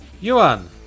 yuan